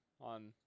on